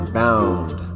bound